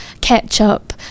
ketchup